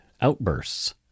outbursts